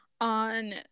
on